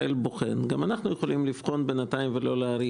בוחן, גם אנחנו יכולים לבחון בינתיים ולא להאריך.